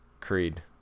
Creed